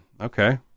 Okay